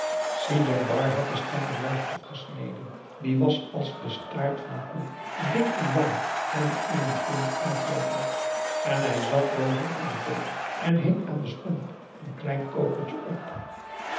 beginnen si djembar had den stengel juist afgesneden die was als de staart van een koe dik en lang en in een punt uitloopend en hij zat boven in den boom en hing aan den stomp een klein kokertje op